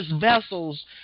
vessels